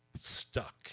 stuck